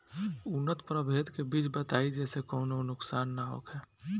उन्नत प्रभेद के बीज बताई जेसे कौनो नुकसान न होखे?